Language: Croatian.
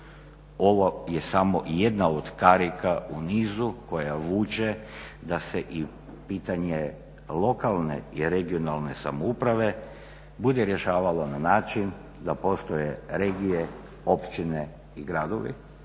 Ovo je samo jedna od karika u nizu koja vuče da se i pitanje lokalne i regionalne samouprave bude rješavalo na način da postoje regije, općine i gradovi.